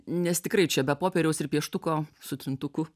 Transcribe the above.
nes tikrai čia be popieriaus ir pieštuko su trintuku